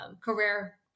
career